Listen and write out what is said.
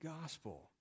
gospel